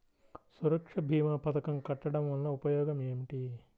సురక్ష భీమా పథకం కట్టడం వలన ఉపయోగం ఏమిటి?